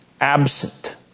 Absent